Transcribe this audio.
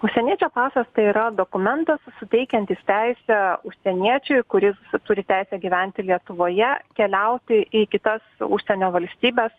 užsieniečio pasas tai yra dokumentas suteikiantis teisę užsieniečiui kuris turi teisę gyventi lietuvoje keliauti į kitas užsienio valstybes